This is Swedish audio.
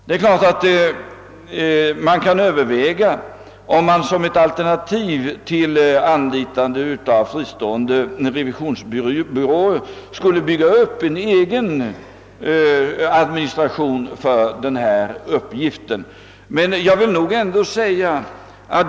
Man kan naturligtvis överväga som ett alternativ till anlitande av fristående revisionsbyråer att vi skulle bygga upp en egen administration för denna uppgift.